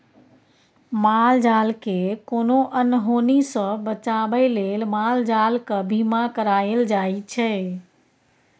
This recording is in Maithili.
माल जालकेँ कोनो अनहोनी सँ बचाबै लेल माल जालक बीमा कराएल जाइ छै